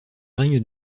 règne